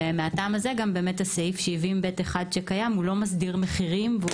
מהטעם הזה סעיף 70ב1 הקיים לא מסדיר מחירים והוא